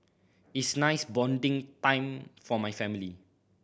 is nice bonding time for my family